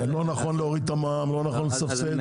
לא נכון להוריד את המע"מ לא נכון לסבסד,